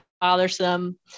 Bothersome